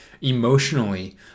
emotionally